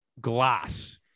glass